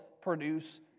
produce